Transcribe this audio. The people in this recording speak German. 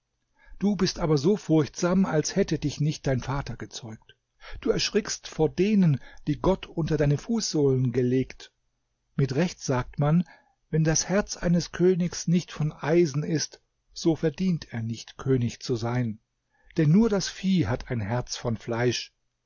du bist aber so furchtsam als hätte dich nicht dein vater gezeugt du erschrickst vor denen die gott unter deine fußsohlen gelegt mit recht sagt man wenn das herz eines königs nicht von eisen ist so verdient er nicht könig zu sein denn nur das vieh hat ein herz von fleisch